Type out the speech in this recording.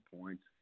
points